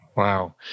Wow